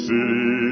City